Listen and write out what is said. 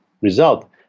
result